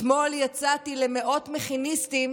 אתמול יצאתי אל מאות מכיניסטים